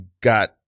got